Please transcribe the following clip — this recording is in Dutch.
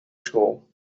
school